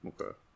okay